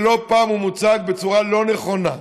שלא פעם הוא מוצג בצורה לא נכונה.